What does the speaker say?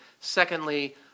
Secondly